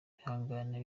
ihangane